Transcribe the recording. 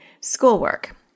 schoolwork